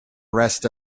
rest